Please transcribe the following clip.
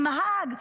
עם האג,